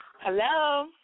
hello